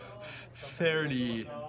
fairly